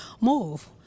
move